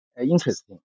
interesting